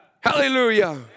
Hallelujah